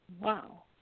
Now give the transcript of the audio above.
Wow